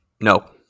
No